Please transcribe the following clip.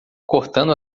cortando